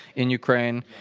in ukraine,